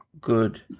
good